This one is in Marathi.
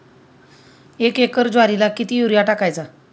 एक एकर ज्वारीला किती युरिया टाकायचा?